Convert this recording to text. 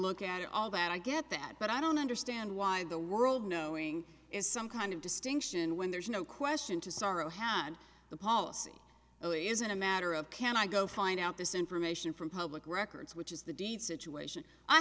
look at all that i get that but i don't understand why the world knowing is some kind of distinction when there is no question to sorrow hand the policy really isn't a matter of can i go find out this information from public records which is the deed situation i